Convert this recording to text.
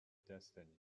destiny